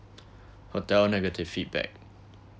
hotel negative feedback